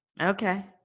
Okay